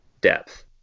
depth